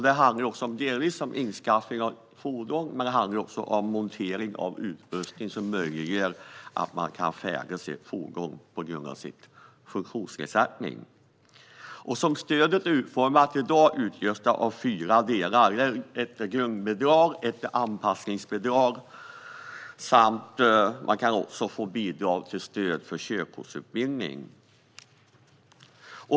Det handlar om att införskaffa ett fordon och om montering av utrustning som gör det möjligt att färdas i fordonet med funktionsnedsättningen. Som stödet är utformat i dag utgörs det av fyra delar, grundbidrag, anskaffningsbidrag, anpassningsbidrag samt bidrag till körkortsutbildning.